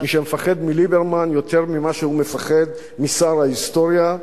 מי שמפחד מליברמן יותר ממה שהוא מפחד משר ההיסטוריה,